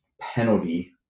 penalty